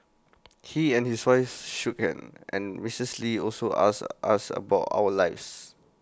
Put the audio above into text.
he and his wife and Mrs lee also asked us about our lives